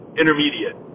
intermediate